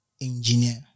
engineer